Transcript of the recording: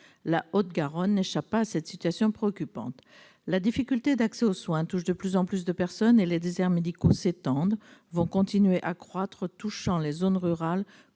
la Haute-Garonne n'échappe pas à cette réalité préoccupante. Les difficultés d'accès aux soins touchent de plus en plus de personnes ; les déserts médicaux s'étendent et vont continuer à croître, touchant les zones rurales